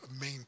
main